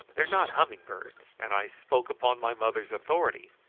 they are not humming-birds and i spoke upon my mother's authority,